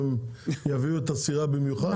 הם יביאו את הסירה במיוחד?